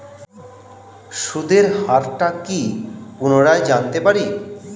সুদের হার টা কি পুনরায় জানতে পারি?